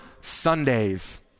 Sundays